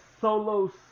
Solo